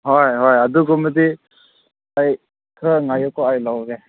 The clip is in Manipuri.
ꯍꯣꯏ ꯍꯣꯏ ꯑꯗꯨꯒꯨꯝꯕꯗꯤ ꯑꯩ ꯈꯔ ꯉꯥꯏꯌꯨꯀꯣ ꯑꯩ ꯂꯧꯒꯦ